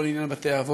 כל עניין בתי-האבות.